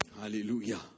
Hallelujah